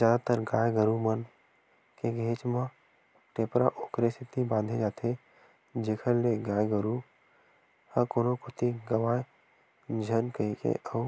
जादातर गाय गरु मन के घेंच म टेपरा ओखरे सेती बांधे जाथे जेखर ले गाय गरु ह कोनो कोती गंवाए झन कहिके अउ